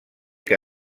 que